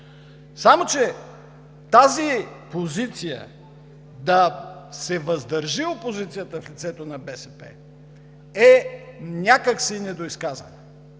Само че тази позиция да се въздържи опозицията в лицето на БСП е някак недоизказана